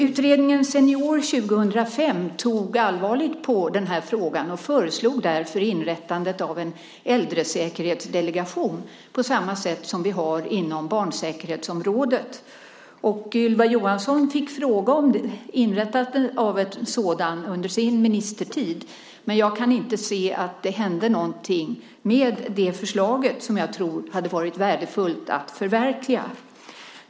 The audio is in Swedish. Utredningen Senior 2005 tog allvarligt på den här frågan och föreslog därför inrättande av en äldresäkerhetsdelegation på samma sätt som finns inom barnsäkerhetsområdet. Ylva Johansson fick en fråga om inrättande av en sådan under sin ministertid, men jag kan inte se att det hände någonting med det förslaget, som jag tror hade varit värdefullt att förverkliga.